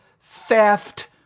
theft